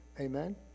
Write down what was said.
amen